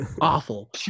Awful